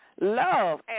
love